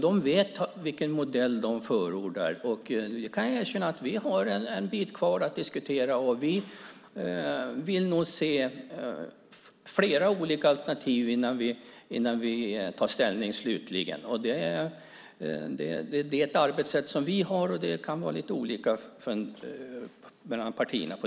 De vet vilken modell de förordar. Jag kan erkänna att vi har en bit kvar att diskutera, och vi vill nog se flera olika alternativ innan vi tar slutlig ställning. Det är ett arbetssätt som vi har. Det kan vara lite olika mellan partierna.